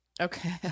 Okay